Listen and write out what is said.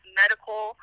medical